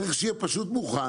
צריך שיהיה פשוט מוכן